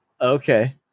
Okay